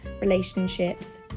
relationships